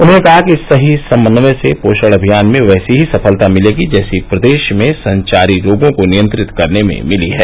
उन्होंने कहा कि सही समन्वय से पोषण अभियान में वैसी ही सफलता मिलेगी जैसी प्रदेश में संचारी रोगों को नियंत्रित करने में मिली है